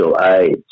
aids